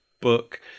book